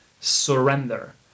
surrender